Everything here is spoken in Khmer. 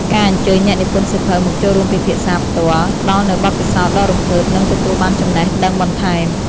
ការអញ្ជើញអ្នកនិពន្ធសៀវភៅមកចូលរួមពិភាក្សាផ្ទាល់ ផ្ដល់នូវបទពិសោធន៍ដ៏រំភើប និងទទួលបានចំណេះដឹងបន្ថែម។